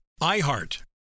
IHEART